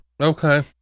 Okay